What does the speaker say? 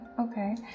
okay